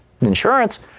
insurance